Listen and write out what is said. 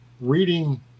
reading